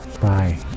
bye